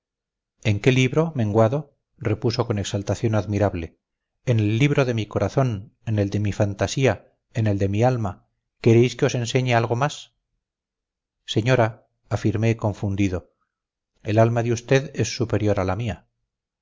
en qué libro menguado repuso con exaltación admirable en el libro de mi corazón en el de mi fantasía en el de mi alma queréis que os enseñe algo más señora afirmé confundido el alma de usted es superior a la mía